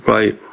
Right